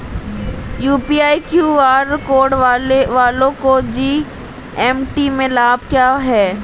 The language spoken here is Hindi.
यू.पी.आई क्यू.आर कोड वालों को जी.एस.टी में लाभ क्या है?